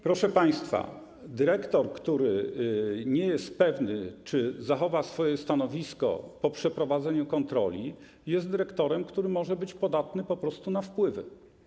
Proszę państwa, dyrektor, który nie jest pewny, czy zachowa swoje stanowisko po przeprowadzeniu kontroli, jest dyrektorem, który po prostu może być podatny na wpływy.